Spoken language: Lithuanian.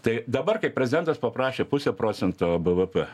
tai dabar kai prezidentas paprašė pusę procento bvp